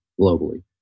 globally